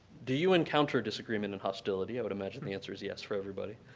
do you encounter disagreement and hostility? i would imagine the answer is yes for everybody.